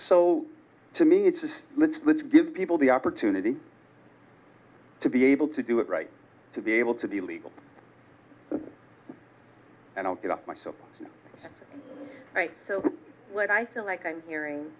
so to me it's just let's let's give people the opportunity to be able to do it right to be able to be legal and i'll get off my soapbox and so what i feel like i'm hearing